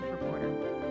reporter